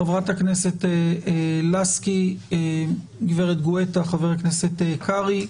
חברת הכנסת לסקי, גברת גואטה, חבר הכנסת קרעי.